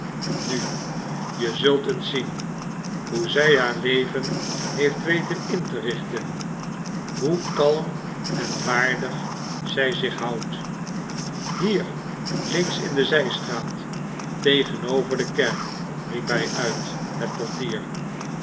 zij nu je zult eens zien hoe zij haar leven heeft weten in te richten hoe kalm en waardig zij zich houdt hier links in de zijstraat tegenover de kerk riep hij uit het portier